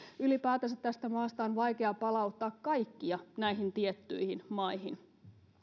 ylipäätänsä tästä maasta on vaikea palauttaa ketään näihin tiettyihin maihin